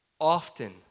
often